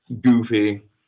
goofy